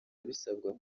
bisabwa